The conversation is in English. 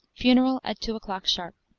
funeral at two o'clock sharp.